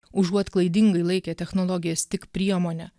užuot klaidingai laikę technologijas tik priemone